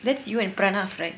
that's you and pranav right